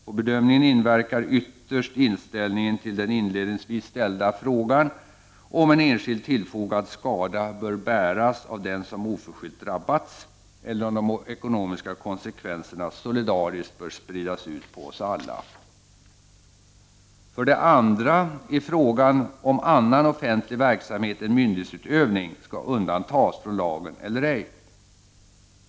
På bedömningen inverkar ytterst inställningen till den inledningsvis ställda frågan, nämligen huruvida en enskild tillfogad skada bör bäras av den som oförskyllt drabbats eller om de ekonomiska konsekvenserna solidariskt bör spridas ut på oss alla. För det andra är frågan om annan offentlig verksamhet än myndighetsutövning skall undantagas från lagen eller ej.